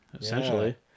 essentially